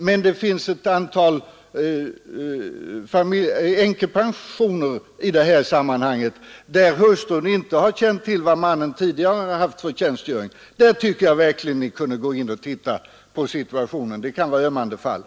Men det finns också ett antal änkor som inte känner till mannens tidigare tjänstgöring, och där tycker jag verkligen Ni kunde gå in och se på situationen. Det kan finnas ömmande sådana fall.